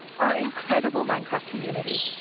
our incredible minecraft community.